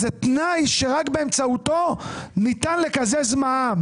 זה תנאי שרק באמצעותו ניתן לקזז מע"מ.